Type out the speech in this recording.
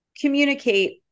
communicate